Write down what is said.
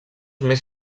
més